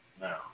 No